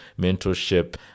mentorship